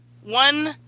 one